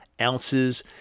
ounces